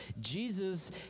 Jesus